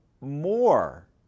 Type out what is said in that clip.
more